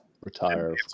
retire